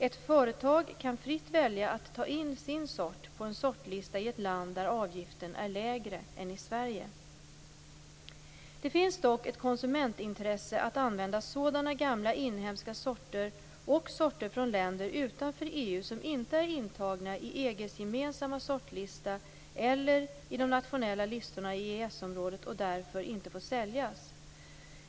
Ett företag kan fritt välja att ta in sin sort på en sortlista i ett land där avgiften är lägre än i Det finns dock ett konsumentintresse att använda sådana gamla inhemska sorter och sorter från länder utanför EU som inte är intagna i EG:s gemensamma sortlista eller i de nationella listorna i EES-området och därför inte får säljas.